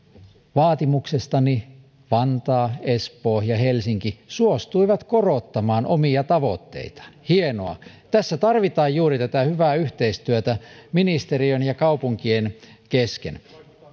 vaatimuksestani vantaa espoo ja helsinki suostuivat korottamaan omia tavoitteitaan hienoa tässä tarvitaan juuri tätä hyvää yhteistyötä ministeriön ja kaupunkien kesken